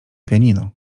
pianino